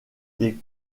des